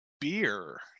beer